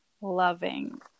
loving